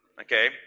Okay